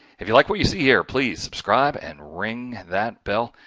if you like what you see here, please subscribe and ring that bell.